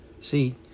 See